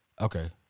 Okay